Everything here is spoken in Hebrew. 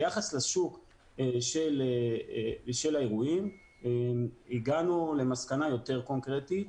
ביחס לשוק על האירועים הגענו למסקנה יותר קונקרטית,